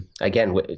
Again